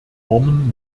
normen